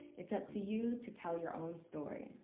it's up to you to tell your own story.